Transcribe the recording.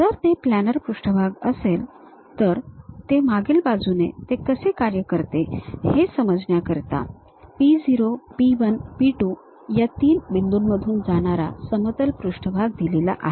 जर ते प्लॅनर पृष्ठभाग असेल तर ते मागील बाजूने ते कसे कार्य करते हे समजण्याकरिता P 0 P 1 P 2 या तीन बिंदूंमधून जाणारा समतल पृष्ठभाग दिलेला आहे